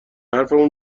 حرفمو